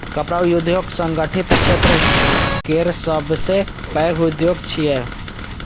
कपड़ा उद्योग संगठित क्षेत्र केर सबसं पैघ उद्योग छियै